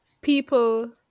people